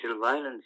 violence